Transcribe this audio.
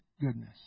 goodness